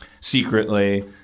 secretly